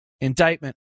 indictment